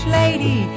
lady